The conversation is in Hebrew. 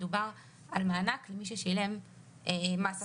מדובר על מענק למי ששילם מס הכנסה.